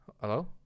Hello